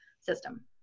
system